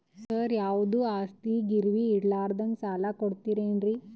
ಸರ, ಯಾವುದು ಆಸ್ತಿ ಗಿರವಿ ಇಡಲಾರದೆ ಸಾಲಾ ಸಿಗ್ತದೇನ್ರಿ?